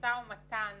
במשא ומתן